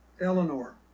Eleanor